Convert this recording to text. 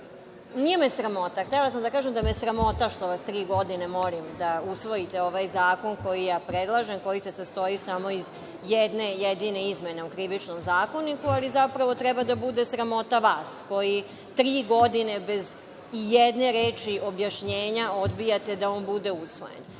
me sramota, htela sam da kažem da me je sramota što vas tri godine molim da usvojite ovaj zakon koji predlažem, koji se sastoji samo iz jedne jedine izmene u Krivičnom zakoniku, ali zapravo treba da bude sramota vas koji tri godine bez ijedne reči objašnjenja odbijate da on bude usvojen. Oni